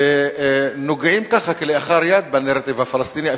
ונוגעים ככה כלאחר יד בנרטיב הפלסטיני.